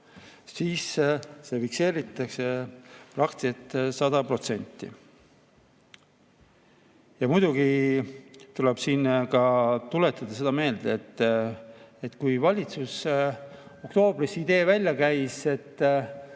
siis see fikseeritakse praktiliselt 100%. Muidugi tuleb siin ka tuletada seda meelde, et kui valitsus oktoobris idee välja käis, et